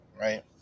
Right